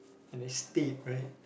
and then state right